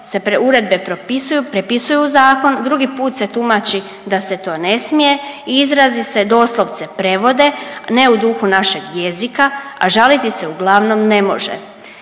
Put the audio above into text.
propisuju, prepisuju u zakon, drugi put se tumači da se to ne smije i izrazi se doslovce prevode ne u duhu našeg jezika, a žaliti se uglavnom ne može,